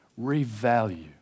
revalue